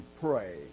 pray